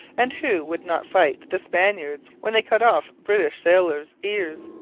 and who would not fight the spaniards when they cut off british sailors' ears?